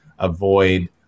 avoid